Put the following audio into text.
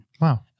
Wow